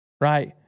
right